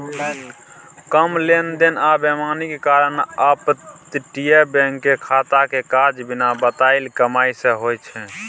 कम लेन देन आ बेईमानी के कारण अपतटीय बैंक के खाता के काज बिना बताएल कमाई सँ होइ छै